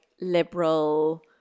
liberal